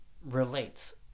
relates